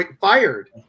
fired